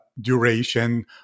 duration